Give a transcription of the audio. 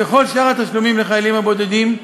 ככל שאר התשלומים לחיילים הבודדים,